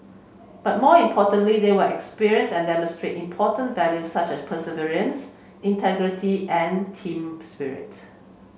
but more importantly they will experience and demonstrate important values such as perseverance integrity and team spirit